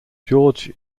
george